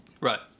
Right